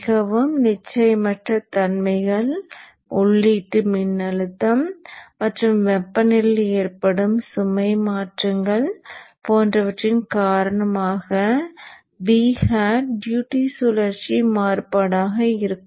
மிகவும் நிச்சயமற்ற தன்மைகள் உள்ளீட்டு மின்னழுத்தம் மற்றும் வெப்பநிலையில் ஏற்படும் சுமை மாற்றங்கள் போன்றவற்றின் காரணமாக V hat டியூட்டி சுழற்சி மாறுபாடாக இருக்கும்